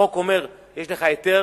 החוק אומר: יש לך היתר?